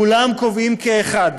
כולם קובעים כאחד